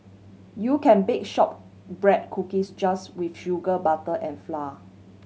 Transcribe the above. you can bake shortbread cookies just with sugar butter and flour